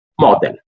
model